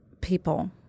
people